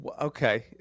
okay